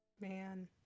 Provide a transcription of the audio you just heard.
Man